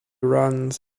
runs